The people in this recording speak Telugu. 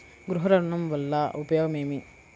గృహ ఋణం వల్ల ఉపయోగం ఏమి?